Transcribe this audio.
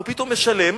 הוא פתאום משלם,